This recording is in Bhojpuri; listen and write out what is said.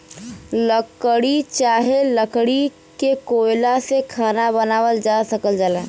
लकड़ी चाहे लकड़ी के कोयला से खाना बनावल जा सकल जाला